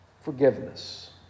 forgiveness